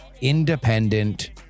independent